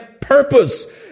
purpose